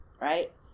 right